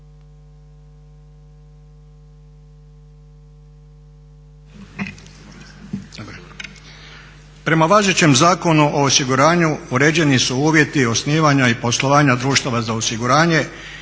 Prema važećem Zakonu o osiguranju uređeni su uvjeti osnivanja i poslovanja društava za osiguranje